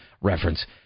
reference